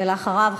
ואחריו,